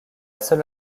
seule